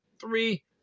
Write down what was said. three